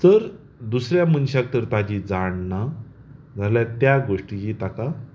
जर दुसऱ्या मनशाक तर ताची जाण ना जाल्यार त्या गोश्टीची ताका